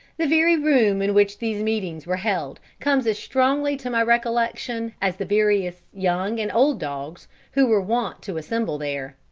the very room in which these meetings were held comes as strongly to my recollection as the various young and old dogs who were wont to assemble there.